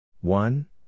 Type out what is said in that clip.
one